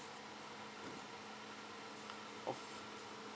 or